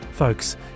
folks